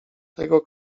tego